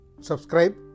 Subscribe